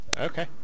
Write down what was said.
Okay